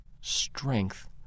strength